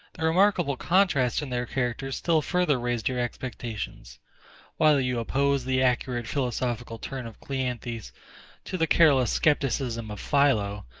the remarkable contrast in their characters still further raised your expectations while you opposed the accurate philosophical turn of cleanthes to the careless scepticism of philo,